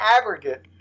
aggregate